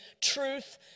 truth